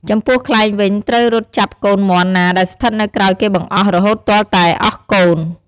ចំពោះខ្លែងវិញត្រូវរត់ចាប់កូនមាន់ណាដែលស្ថិតនៅក្រោយគេបង្អស់រហូតទាល់តែអស់កូន។